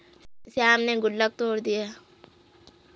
श्याम ने गुल्लक तोड़ दिया